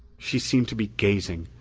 she seemed to be gazing,